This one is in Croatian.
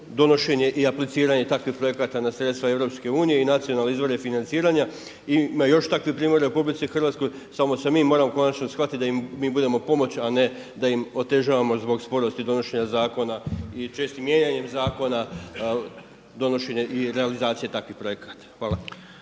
donošenje i apliciranje takvih projekata na sredstva EU i nacionalne izvore financiranja. Ima još takvih primjera u RH samo se mi moramo konačno shvatiti da mi budemo pomoć, a ne da im otežavamo zbog sporosti donošenja zakona i čestim mijenjanjem zakona, donošenje i realizacije takvih projekata. Hvala.